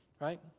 Right